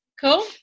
cool